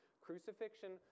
Crucifixion